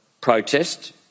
protest